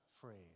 phrase